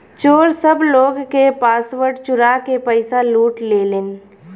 चोर सब लोग के पासवर्ड चुरा के पईसा लूट लेलेन